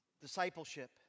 Discipleship